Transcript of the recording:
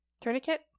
Tourniquet